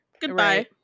goodbye